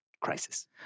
crisis